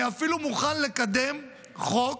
אני אפילו מוכן לקדם חוק